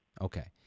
Okay